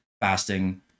fasting